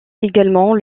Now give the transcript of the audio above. également